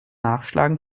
nachschlagen